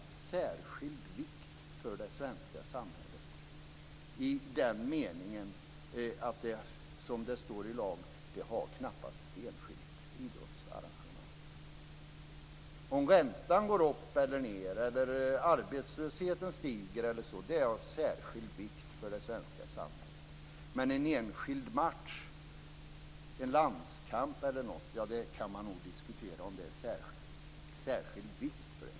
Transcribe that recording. Men särskild vikt för det svenska samhället i den meningen som står i lagen har knappast ett enskilt idrottsarrangemang. Om räntan går upp eller ned eller arbetslösheten stiger är av särskild vikt för det svenska samhället. Men när det gäller en enskild match, en landskamp eller något, kan man nog diskutera om det är av särskild vikt.